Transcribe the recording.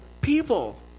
people